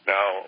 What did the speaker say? Now